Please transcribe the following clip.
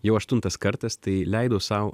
jau aštuntas kartas tai leidau sau